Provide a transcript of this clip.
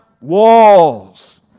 walls